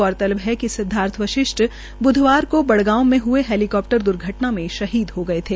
गौरतलब है कि सिद्वार्थ वशिष्ट ब्धवार को बड़गांव में हये हैलीकप्टर द्घटना में शहीद हो गये थे